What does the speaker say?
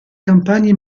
campagne